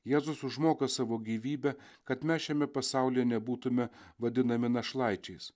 jėzus užmoka savo gyvybę kad mes šiame pasaulyje nebūtume vadinami našlaičiais